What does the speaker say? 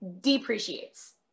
Depreciates